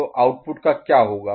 तो आउटपुट का क्या होगा